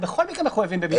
הם בכל מקרה מחויבים בבידוד.